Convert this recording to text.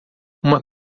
uma